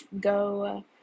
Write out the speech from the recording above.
Go